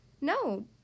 No